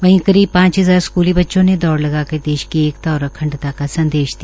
वहीं करीब पांच हजार स्कूली बच्चों ने दौड़ लगाकर देश की एका और अखंडता का संदेश दिया